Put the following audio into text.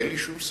אין לי שום ספק.